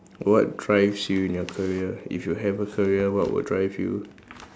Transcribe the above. what drives you in your career if you have a career what will drive you